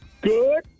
Good